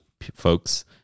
folks